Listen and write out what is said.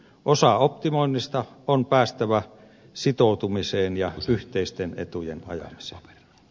osaoptimoinnista on päästävä sitoutumiseen ja yhteisten etujen ajamiseen